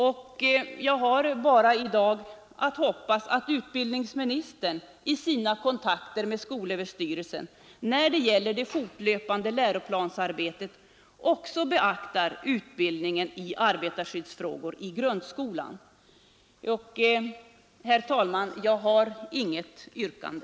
Nu hoppas jag bara att utbildningsministern vid sina kontakter med skolöverstyrelsen rörande det fortlöpande läroplansarbetet också beaktar utbildningen i arbetarskyddsfrågor i grundskolan. Herr talman! Jag har inget yrkande.